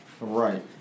Right